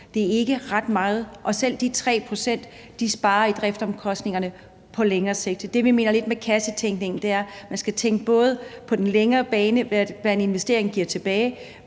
det er ikke ret meget – og selv de 3 pct. giver en besparelse på driftsomkostningerne på længere sigt. Det, vi mener med kassetænkning, er, at man både skal tænke på den længere bane, med hensyn til hvad en investering giver tilbage